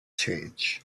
change